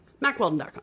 MacWeldon.com